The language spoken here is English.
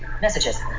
messages